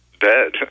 dead